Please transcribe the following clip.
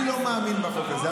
אני לא מאמין בחוק הזה.